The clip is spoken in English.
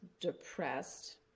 depressed